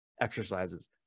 exercises